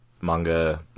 manga